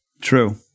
True